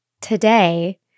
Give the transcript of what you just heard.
Today